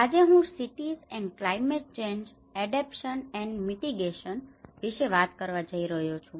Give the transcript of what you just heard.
આજે હું cities and climate change adaptation and mitigation cities and climate change adaptation and mitigation વિશે વાત કરવા જઈ રહ્યો છું